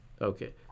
Okay